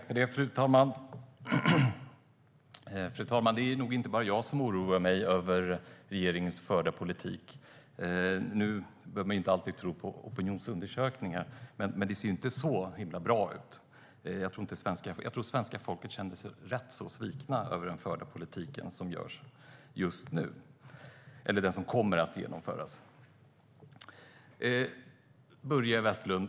Fru talman! Det är nog inte bara jag som oroar mig över regeringens förda politik. Nu behöver man inte alltid tro på opinionsundersökningar, men det ser inte så himla bra ut för regeringspartierna. Jag tror att svenska folket känner sig sviket med tanke på den politik som kommer att genomföras. Börje Vestlund!